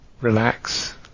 relax